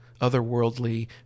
otherworldly